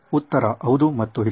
ಉತ್ತರ ಹೌದು ಮತ್ತು ಇಲ್ಲ